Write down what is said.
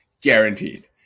guaranteed